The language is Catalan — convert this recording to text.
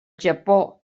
japó